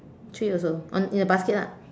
three also on in the basket lah